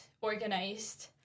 organized